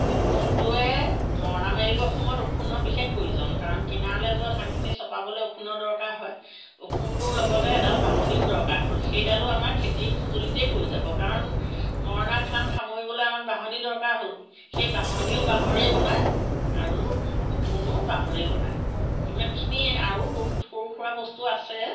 ওখোনটোৱে মৰণা মাৰিবৰ সময়ত ওখোনৰ বিশেষ প্ৰয়োজন কাৰণ কিনাৰলে যোৱা ধানখিনি চপাবলে ওখোনৰ দৰকাৰ হয় ওখোনটোৰ লগতে এডাল বাহনীও দৰকাৰ হয় সেইডালো আমাৰ খেতিৰ সঁজুলিতে পৰি যাব কাৰণ মৰণা ধান সামৰিবলে আমাক বাহনী দৰকাৰ হ'ল সেই বাঁহনীও বাঁহৰে বনাই আৰু ওখোনো বাঁহৰে বনায় সিমানখিনিয়ে আৰু বহুত সৰু সুৰা বস্তু আছে